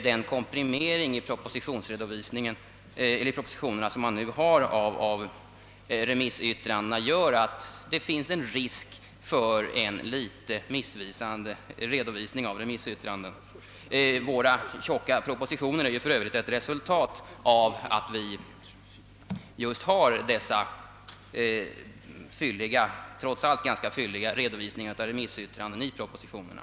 Den komprimering av dessa som nu finns i propositionerna innebär en risk för en litet missvisande redovis ning. Våra tjocka propositioner är för Övrigt ett resultat just av att vi får dessa trots allt ganska fylliga redovisningar av remissyttrandena i propositionerna.